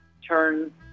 turn